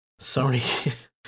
Sony